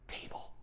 table